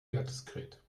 wertdiskret